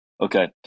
okay